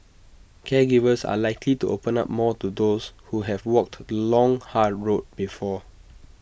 caregivers are likely to open up more to those who have walked the long hard road before